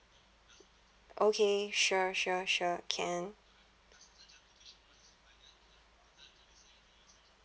okay sure sure sure can